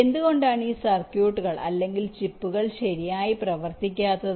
എന്തുകൊണ്ടാണ് ഈ സർക്യൂട്ടുകൾ അല്ലെങ്കിൽ ചിപ്പുകൾ ശരിയായി പ്രവർത്തിക്കാത്തത്